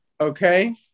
Okay